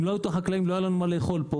אם לא היו החקלאים, לא היה מה לאכול לפה.